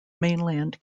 mainland